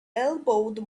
elbowed